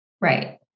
Right